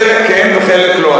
חלק כן וחלק לא.